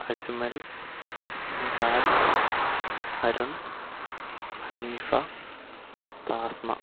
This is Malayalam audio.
അജ്മൽ നിഹാൽ അരുൺ ഹനീഫ താസ്മ